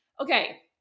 Okay